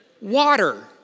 water